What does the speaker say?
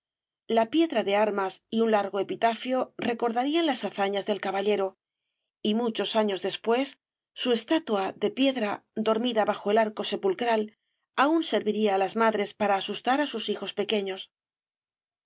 la piedra de armas y un largo epitafio recordarían las hazañas del caballero y muchos años después su estatua de piedra dormida bajo el arco sepulcral aún serviría á las madres para asustar á sus hijos pequeños